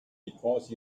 because